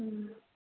ꯎꯝ